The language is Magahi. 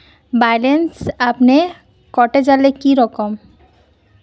बैलेंस अपने कते जाले की करूम?